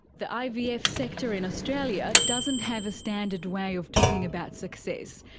the ivf sector in australia doesn't have a standard way of talking about success.